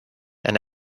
and